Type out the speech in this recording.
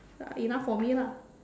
ya enough for me lah